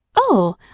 Oh